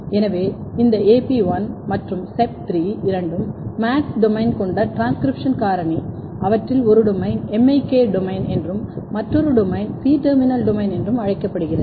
எனவே இந்த AP1 மற்றும் SEP3 இரண்டும் MADS டொமைன் கொண்ட டிரான்ஸ்கிரிப்ஷன் காரணி அவற்றில் ஒரு டொமைன் MIK டொமைன் என்றும் மற்றொரு டொமைன் C டெர்மினல் டொமைன் என்றும் அழைக்கப்படுகிறது